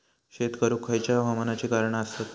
शेत करुक खयच्या हवामानाची कारणा आसत?